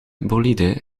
bolide